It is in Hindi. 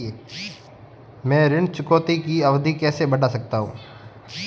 मैं ऋण चुकौती की अवधि कैसे बढ़ा सकता हूं?